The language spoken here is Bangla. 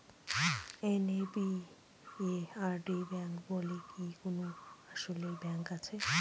এন.এ.বি.এ.আর.ডি ব্যাংক বলে কি আসলেই কোনো ব্যাংক আছে?